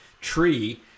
tree